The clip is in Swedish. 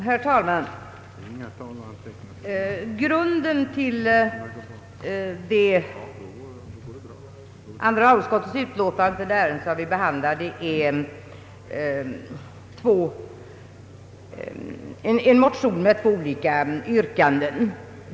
Herr talman! Grunden till det utlåtande från andra lagutskottet som vi nu behandlar är en motion med två olika yrkanden.